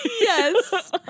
Yes